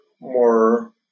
more